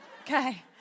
Okay